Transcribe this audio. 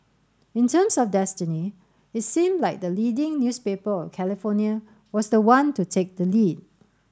in terms of destiny it seemed like the leading newspaper of California was the one to take the lead